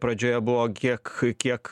pradžioje buvo kiek kiek